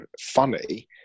funny